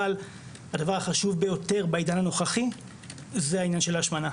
אבל הדבר החשוב ביותר בעידן הנוכחי זה העניין של ההשמנה.